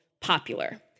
popular